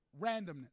randomness